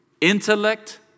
intellect